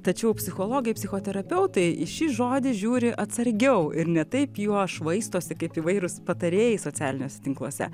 tačiau psichologai psichoterapeutai į šį žodį žiūri atsargiau ir ne taip juo švaistosi kaip įvairūs patarėjai socialiniuose tinkluose